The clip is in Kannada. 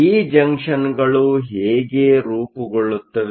ಈ ಜಂಕ್ಷನ್ಗಳು ಹೇಗೆ ರೂಪುಗೊಳ್ಳುತ್ತವೆ